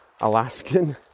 Alaskan